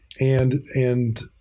and—and